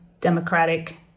democratic